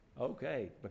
Okay